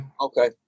Okay